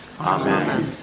Amen